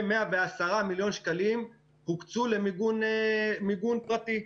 ו-110 מיליון שקלים הוקצו למיגון פרטי.